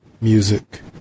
music